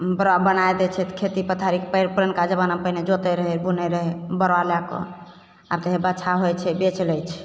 बड़ऽ बना दै छै तऽ खेती पथारी पुरनका जमानामे पहिले जोतै रहै बुनै रहै बड़ऽ लै कऽ आब तऽ हे बाछा होइ छै बेचि लै छै